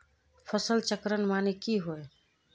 फसल चक्रण माने की होय?